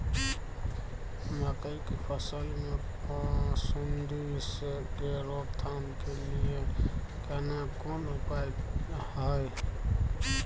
मकई की फसल मे सुंडी के रोक थाम के लिये केना कोन उपाय हय?